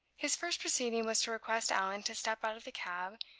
his first proceeding was to request allan to step out of the cab,